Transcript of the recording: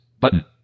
button